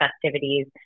festivities